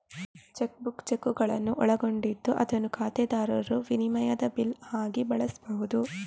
check book ಚೆಕ್ಕುಗಳನ್ನು ಒಳಗೊಂಡಿದ್ದು ಅದನ್ನು ಖಾತೆದಾರರು ವಿನಿಮಯದ ಬಿಲ್ ಆಗಿ ಬಳಸ್ಬಹುದು